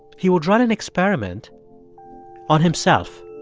he would run an experiment on himself.